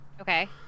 Okay